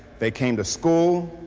they came to school,